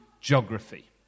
geography